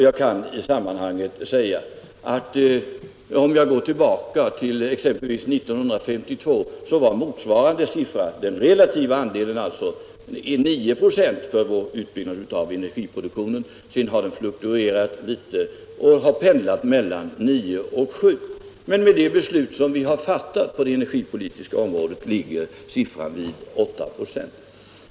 Jag kan i detta sammanhang säga att motsvarande siffra för den relativa andelen av vår utbyggnad av energiproduktionen för exempelvis år 1952 var 9 96. Siffran har i mellantiden fluktuerat litet och pendlat mellan 9 och 7926, men med de beslut vi har fattat på det energipolitiska området ligger den nu vid 8 96.